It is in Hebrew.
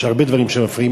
יש הרבה דברים שמפריעים,